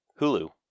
Hulu